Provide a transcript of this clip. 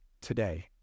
Today